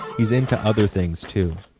he's into other things too.